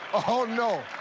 oh, no.